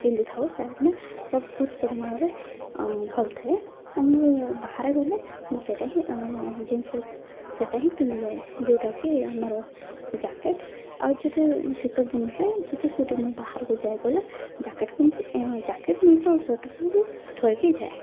ପିନ୍ଧି ଥାଉ କାହିଁକି ନା ସେଇଟା ବହୁତ ପରିମାଣରେ ଭଲ ଥାଏ ଆଉ ମୁଁ ବାହାରେ ଗଲେ ମୁଁ ସେଇଟା ହିଁ ଜିନ୍ସ ସହିତ ସେଇଟା ହିଁ ପିନ୍ଧି ଯାଏ ଯେଉଁଟାକି ଆମର ଜ୍ୟାକେଟ୍ ଆଉ ଯଦି ଶୀତ ଦିନରେ ଯଦି କେଉଁଠି ମୁଁ ବାହାରକୁ ଯାଏ ଗଲେ ଜ୍ୟାକେଟ୍ ପିନ୍ଧି ଜ୍ୟାକେଟ୍ ନେଇ ତ ଆଉ ସ୍ଵେଟର୍କୁ ବି ଧରିକି ଯାଏ